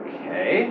Okay